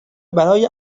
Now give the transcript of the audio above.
برای